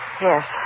Yes